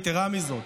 יתרה מזאת,